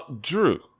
Drew